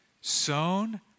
Sown